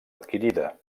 adquirida